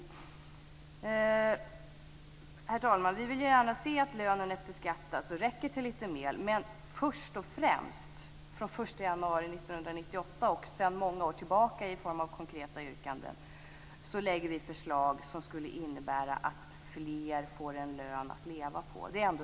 Herr talman! Vi vill gärna se att lönen efter skatt räcker till litet mer. Från först och främst den 1 januari 1998 och dessutom sedan många år tillbaka i form av konkreta yrkanden lägger vi fram förslag som innebär att fler får en lön att leva på.